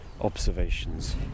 observations